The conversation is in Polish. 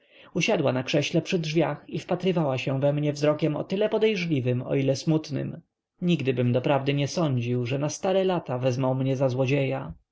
usiadła na krześle przy drzwiach i wpatrywała się we mnie wzrokiem o tyle podejrzliwym o ile smutnym nigdybym doprawdy nie sądził że na stare lata wezmą mnie za złodzieja